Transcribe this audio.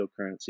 cryptocurrency